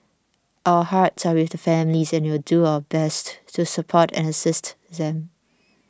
our hearts are with the families and will do our best to support and assist them